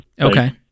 Okay